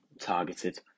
targeted